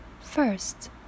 First